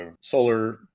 solar